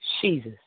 Jesus